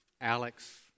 Alex